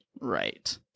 Right